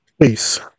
Peace